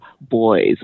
boys